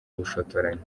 ubushotoranyi